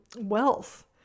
wealth